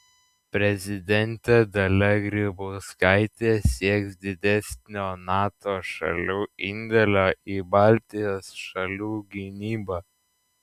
prezidentė dalia grybauskaitė sieks didesnio nato šalių indėlio į baltijos šalių gynybą